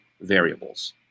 variables